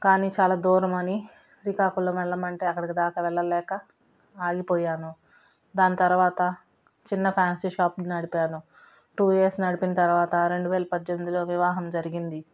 కానీ చాలా దూరం అని శ్రీకాకుళం వెళ్ళమంటే అక్కడికి దాక వెళ్ళలేక ఆగిపోయాను దాని తరువాత చిన్న ఫ్యాన్సీ షాప్ని నడిపాను టూ ఇయర్స్ నడిపిన తరువాత రెండు వేలు పద్దెనిమిదిలో వివాహం జరిగింది